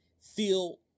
Feel